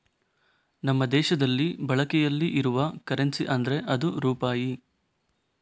ನಮ್ಮ ದೇಶದಲ್ಲಿ ಬಳಕೆಯಲ್ಲಿ ಇರುವ ಕರೆನ್ಸಿ ಅಂದ್ರೆ ಅದು ರೂಪಾಯಿ